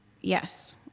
Yes